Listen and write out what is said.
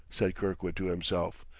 said kirkwood to himself.